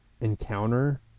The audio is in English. encounter